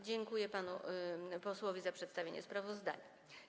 Dziękuję panu posłowi za przedstawienie sprawozdania.